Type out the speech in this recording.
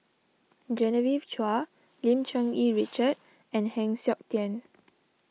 Genevieve Chua Lim Cherng Yih Richard and Heng Siok Tian